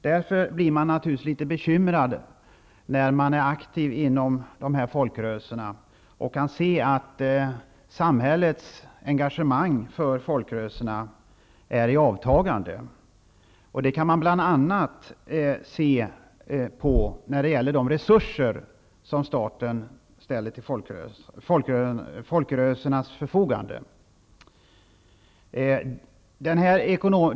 Därför blir man naturligvis litet bekymrad när man som aktiv i dessa folkrörelser kan se att samhällets engagemang för folkrörelserna är i avtagande. Det kan man bl.a. se när det gäller de resurser som staten ställer till folkrörelsernas förfogande.